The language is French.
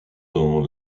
dans